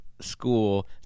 school –